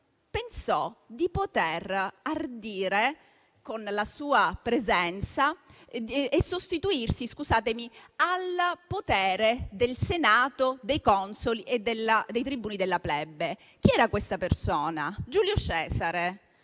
pensò di poter ardire, con la sua presenza, di sostituirsi al potere del Senato, dei consoli e dei tribuni della plebe. Chi era questa persona? Giulio Cesare.